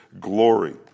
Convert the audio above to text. glory